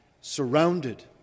surrounded